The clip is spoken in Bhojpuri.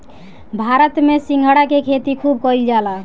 भारत में सिंघाड़ा के खेती खूब कईल जाला